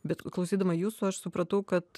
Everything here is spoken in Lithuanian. bet klausydama jūsų aš supratau kad